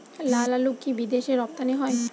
লালআলু কি বিদেশে রপ্তানি হয়?